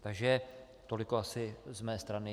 Takže toliko asi z mé strany.